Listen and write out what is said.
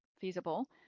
feasible